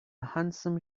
handsome